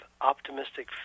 optimistic